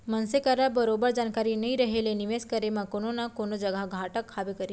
मनसे करा बरोबर जानकारी नइ रहें ले निवेस करे म कोनो न कोनो जघा घाटा खाबे करही